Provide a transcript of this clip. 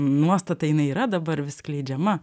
nuostata jinai yra dabar vis skleidžiama